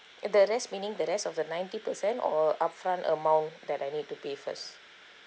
if that is meaning the rest of the ninety percent or upfront amount that I need to pay first